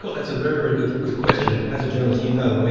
that's a very, very good good question. as a journalist you know, i mean,